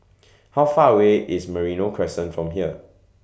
How Far away IS Merino Crescent from here